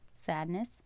sadness